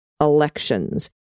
elections